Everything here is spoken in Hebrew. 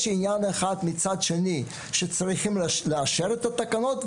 יש עניין אחד שצריך לאשר את התקנות,